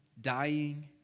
Dying